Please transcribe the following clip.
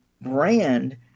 brand